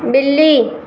ॿिली